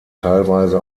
teilweise